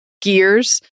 gears